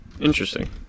Interesting